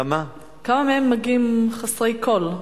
כמה מהם מגיעים חסרי כול?